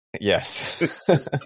Yes